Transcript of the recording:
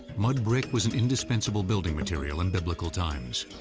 mud brick was an indispensable building material in biblical times.